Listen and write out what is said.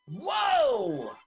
Whoa